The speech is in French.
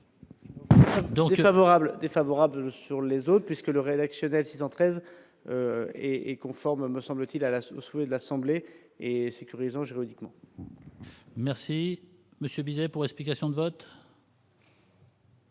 défavorable sur les autres puisque le rédactionnel 613 et est conforme, me semble-t-il, à la ce souhait de l'Assemblée et sécurisant juridiquement. Merci, Monsieur Bizet pour explication de vote.